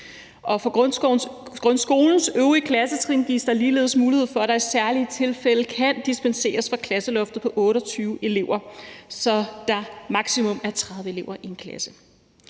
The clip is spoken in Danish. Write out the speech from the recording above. For grundskolens øvrige klassetrin gives der ligeledes mulighed for, at der i særlige tilfælde kan dispenseres fra klasseloftet på 28 elever, så der maksimum er 30 elever i en klasse.